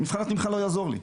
מבחן התמיכה לא יעזור לי.